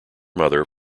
mother